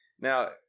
Now